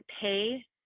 pay